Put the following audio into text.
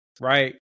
Right